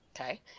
Okay